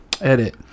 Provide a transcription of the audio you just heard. Edit